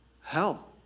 Hell